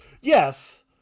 Yes